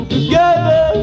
Together